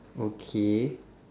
okay